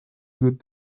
good